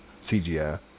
CGI